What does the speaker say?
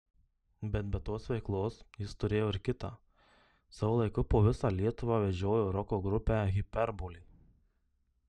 bet be tos veiklos jis turėjo ir kitą savo laiku po visą lietuvą vežiojo roko grupę hiperbolė